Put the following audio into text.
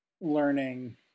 learning